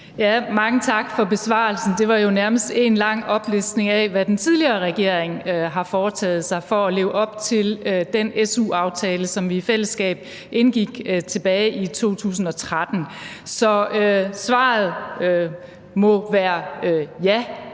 Mange tak for besvarelsen. Det var jo nærmest én lang oplistning af, hvad den tidligere regering har foretaget sig for at leve op til den su-aftale, som vi i fællesskab indgik tilbage i 2013. Så svaret må opfattes